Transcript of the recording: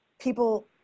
people